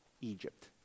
Egypt